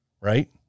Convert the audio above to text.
right